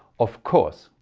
of course,